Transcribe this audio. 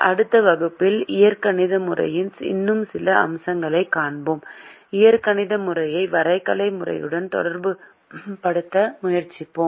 அடுத்த வகுப்பில் இயற்கணித முறையின் இன்னும் சில அம்சங்களைக் காண்போம் இயற்கணித முறையை வரைகலை முறைடன் தொடர்புபடுத்த முயற்சிப்போம்